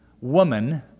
woman